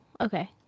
Okay